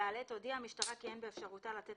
(ד)הודיעה המשטרה כי אין באפשרותה לתת